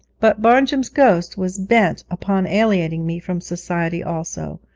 but barnjum's ghost was bent upon alienating me from society also,